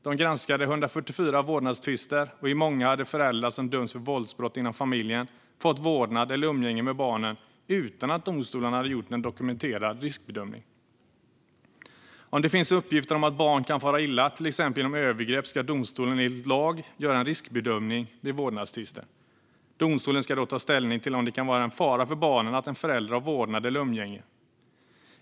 De granskade 144 vårdnadstvister, och i många hade föräldrar som dömts för våldsbrott inom familjen fått vårdnad om eller umgänge med barnen utan att domstolarna gjort en dokumenterad riskbedömning. Om det finns uppgifter om att barn kan fara illa, till exempel genom övergrepp, ska domstolen enligt lag göra en riskbedömning vid vårdnadstvister. Domstolen ska då ta ställning till om det kan vara en fara för barnen att en förälder har vårdnad eller umgänge.